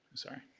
sorry.